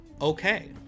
Okay